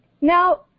Now